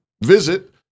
Visit